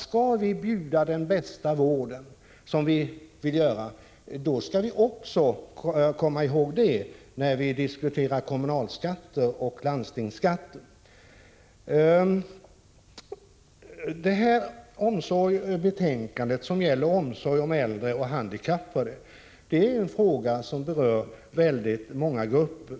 Skall vi bjuda den bästa vården, som vi vill göra, skall vi komma ihåg det när vi diskuterar kommunalskatter och landstingsskatter. Det betänkande vi nu behandlar gäller omsorg om äldre och handikappade. Det är en fråga som berör väldigt många grupper.